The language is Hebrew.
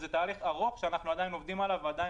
זה תהליך ארוך שאנחנו עדיין עובדים עליו ועדיין